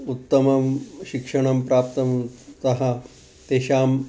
उत्तमं शिक्षणं प्राप्तवन्तः तेषाम्